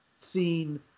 seen